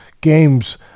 games